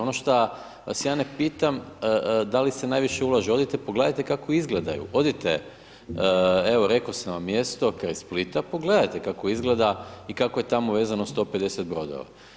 Ono što vas ja ne pitam, da li se najviše ulaže, odite pogledajte kako izgledaju, odite, evo, rekao sam vam mjesto kraj Splita, pogledajte kako izgleda i kako je tamo vezano 150 brodova.